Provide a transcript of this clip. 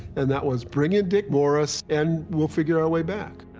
and that was bring in dick morris and we'll figure our way back.